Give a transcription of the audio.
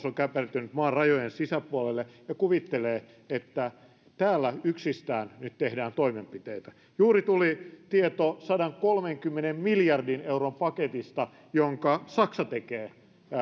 on käpertynyt maan rajojen sisäpuolelle ja kuvittelee että yksistään täällä nyt tehdään toimenpiteitä juuri tuli tieto sadankolmenkymmenen miljardin euron paketista jonka saksa tekee